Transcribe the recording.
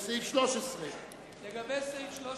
סעיף 13. לגבי סעיף 13,